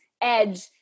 edge